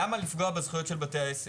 למה לפגוע בזכויות של בתי העסק?